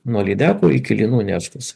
nuo lydekų iki lynų nerštas